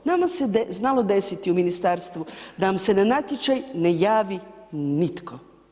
Nama se znalo desiti u ministarstvu da vam se na natječaj ne javi nitko.